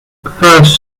first